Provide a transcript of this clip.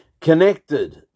Connected